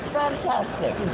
fantastic